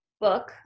book